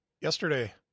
yesterday